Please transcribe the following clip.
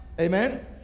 Amen